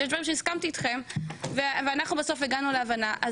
שיש דברים שהסכמתי איתכם ואנחנו בסוף הגענו להבנה,